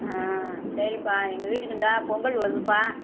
ஆ சரிப்பா எங்கள் வீட்டுக்கு இந்தா பொங்கல் வருதுப்பா